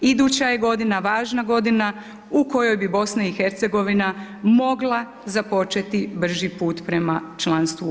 Iduća je godina važna godina u kojoj bi BiH mogla započeti brži put prema članstvu u EU.